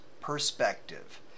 perspective